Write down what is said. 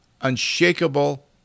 unshakable